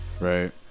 Right